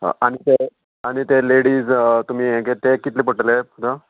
आनी ते आनी ते लेडीज तुमी हे गे ते कितले पडटले पात्रांव